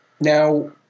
now